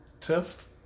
test